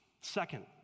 Second